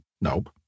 Nope